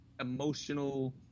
emotional